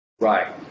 Right